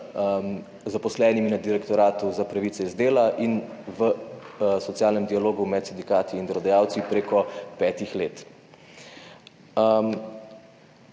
z zaposlenimi na Direktoratu za pravice iz dela in v socialnem dialogu med sindikati in delodajalci preko petih let.